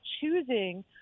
choosing